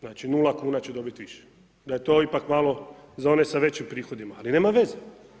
Znači 0 kuna će dobiti više, da je to ipak malo za one sa većim prihodima, ali nema veze.